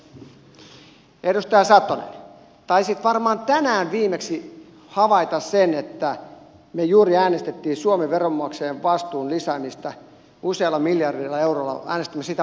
edustaja satonen taisit varmaan tänään viimeksi havaita sen että me juuri äänestimme suomen veronmaksajien vastuun lisäämisestä useilla miljardeilla euroilla äänestimme sitä vastaan